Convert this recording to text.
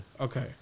Okay